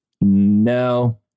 No